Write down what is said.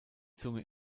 zunge